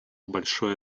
большое